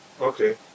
Okay